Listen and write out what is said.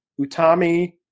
Utami